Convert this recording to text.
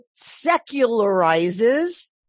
secularizes